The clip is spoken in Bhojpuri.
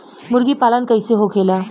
मुर्गी पालन कैसे होखेला?